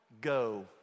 go